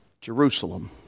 Jerusalem